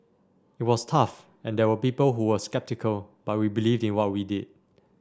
it was tough and there were people who were sceptical but we believed in what we did